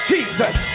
Jesus